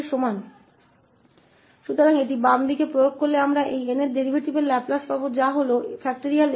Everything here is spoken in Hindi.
तो इसे बाईं ओर लागू करने पर हमारे पास इस nth डेरीवेटिव का लाप्लास है जो n